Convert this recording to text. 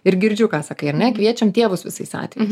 ir girdžiu ką sakai ar ne kviečiam tėvus visais atvejais